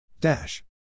Dash